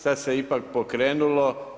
Sad se ipak pokrenulo.